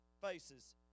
faces